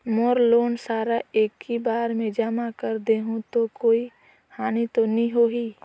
मोर loan सारा एकी बार मे जमा कर देहु तो कोई हानि तो नी होही?